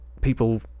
people